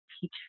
teach